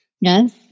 Yes